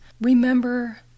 remember